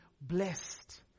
blessed